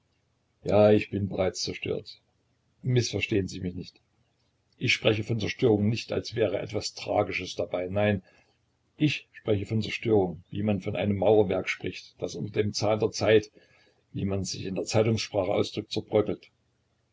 ja ich bin bereits zerstört mißverstehen sie mich nicht ich spreche von zerstörung nicht als wäre etwas tragisches dabei nein ich spreche von zerstörung wie man von einem mauerwerke spricht das unter dem zahn der zeit wie man sich in der zeitungssprache ausdrückt zerbröckelt